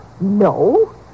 No